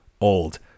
old